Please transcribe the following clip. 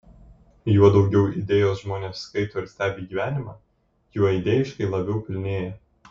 juo daugiau idėjos žmonės skaito ir stebi gyvenimą juo idėjiškai labiau pilnėja